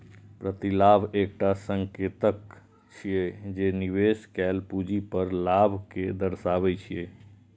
प्रतिलाभ एकटा संकेतक छियै, जे निवेश कैल पूंजी पर लाभ कें दर्शाबै छै